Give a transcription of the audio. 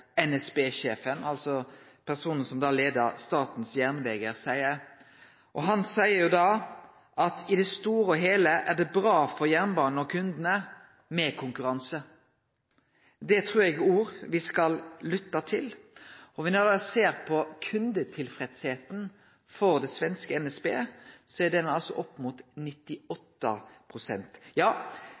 – altså den personen som leier Statens Järnvägar – seier, nemleg at i det store og heile er det bra for jernbanen og for kundane med konkurranse. Det trur eg er ord me skal lytte til, og når me ser på kundetilfredsheita for det svenske NSB, er ho på opp mot